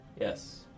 Yes